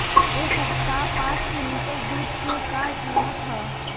एह सप्ताह पाँच लीटर दुध के का किमत ह?